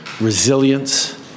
resilience